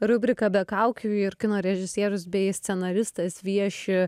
rubrika be kaukių ir kino režisierius bei scenaristas vieši